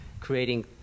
creating